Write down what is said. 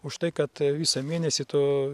už tai kad visą mėnesį tu